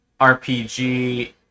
RPG